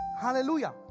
Hallelujah